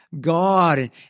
God